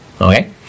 Okay